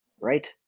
Right